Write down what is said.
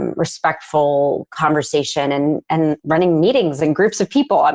respectful conversation and and running meetings and groups of people. um